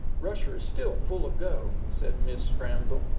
rusher is still full of go, said mrs. ramdell.